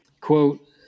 Quote